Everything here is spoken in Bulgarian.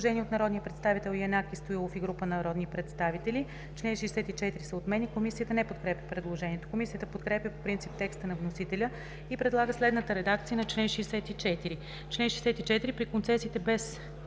Предложение от народния представител Янаки Стоилов и група народни представители – чл. 64 се отменя. Комисията не подкрепя предложението. Комисията подкрепя по принцип текста на вносителя и предлага следната редакция на чл. 64: „Чл. 64. При концесиите без